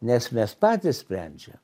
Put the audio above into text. nes mes patys sprendžiam